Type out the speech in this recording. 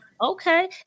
Okay